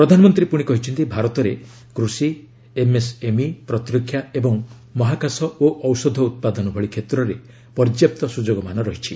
ପ୍ରଧାନମନ୍ତ୍ରୀ ପୁଣି କହିଛନ୍ତି ଭାରତରେ କୃଷି ଏମ୍ଏସ୍ଏମ୍ଇ ପ୍ରତିରକ୍ଷା ଏବଂ ମହାକାଶ ଓ ଔଷଧ ଉତ୍ପାଦନ ଭଳି କ୍ଷେତ୍ରରେ ପର୍ଯ୍ୟାପ୍ତ ସୁଯୋଗମାନ ରହିଛି